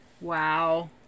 Wow